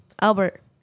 Albert